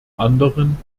anderen